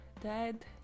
dad